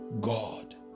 God